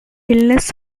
illness